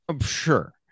Sure